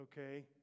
okay